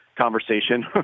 conversation